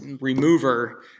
remover